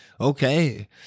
Okay